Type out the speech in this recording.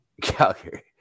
Calgary